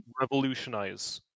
revolutionize